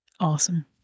Awesome